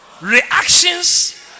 reactions